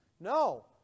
No